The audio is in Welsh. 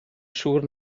siŵr